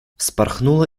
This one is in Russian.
вспорхнула